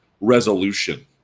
resolution